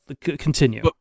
continue